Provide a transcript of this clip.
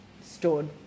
stored